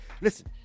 Listen